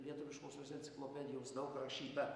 lietuviškosios enciklopedijos daug rašyta